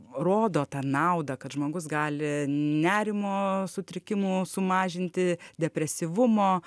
rodo tą naudą kad žmogus gali nerimo sutrikimų sumažinti depresyvumo